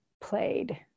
played